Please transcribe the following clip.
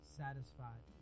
satisfied